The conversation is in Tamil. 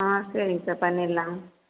ஆ சரிங்க சார் பண்ணிவிடலாம்